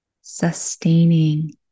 sustaining